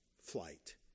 flight